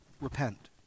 repent